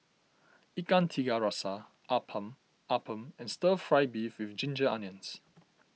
Ikan Tiga Rasa Appam Appam and Stir Fry Beef with Ginger Onions